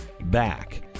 back